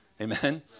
Amen